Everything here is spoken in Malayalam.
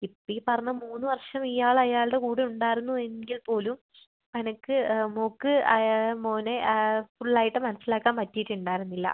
ഇപ്പം ഈ പറഞ്ഞ മൂന്ന് വർഷം ഇയാൾ അയാളുടെ കൂടെ ഉണ്ടായിരുന്നുവെങ്കിൽ പോലും അനക്ക് മോൾക്ക് അയാളെ മോനെ ഫുൾ ആയിട്ട് മനസ്സിലാക്കാൻ പറ്റീട്ട് ണ്ടായിരുന്നില്ല